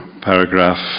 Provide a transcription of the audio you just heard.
paragraph